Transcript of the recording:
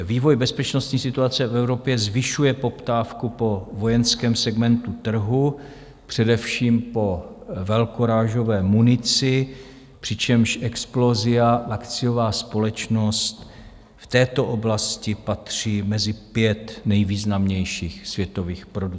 Vývoj bezpečnostní situace v Evropě zvyšuje poptávku po vojenském segmentu trhu, především po velkorážové munici, přičemž Explosia, akciová společnost, v této oblasti patří mezi pět nejvýznamnějších světových producentů.